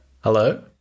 Hello